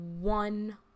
one